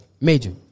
major